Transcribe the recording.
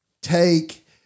take